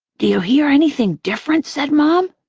do you hear anything different? said mom.